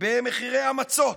במחירי המצות.